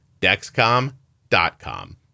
Dexcom.com